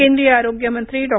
केंद्रीय आरोग्य मंत्री डॉ